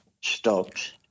stopped